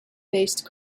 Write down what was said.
based